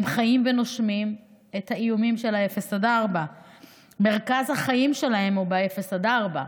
הם חיים ונושמים את האיומים של 0. 4 מרכז החיים שלהם הוא ב-0 4,